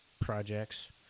projects